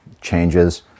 changes